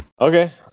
Okay